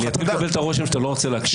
אני אתחיל לקבל את הרושם שאתה לא רוצה להקשיב...